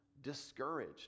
discouraged